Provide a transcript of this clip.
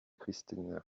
christine